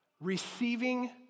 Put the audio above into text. receiving